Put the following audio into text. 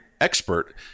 expert